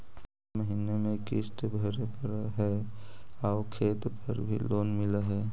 हर महीने में किस्त भरेपरहै आउ खेत पर भी लोन मिल है?